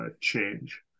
change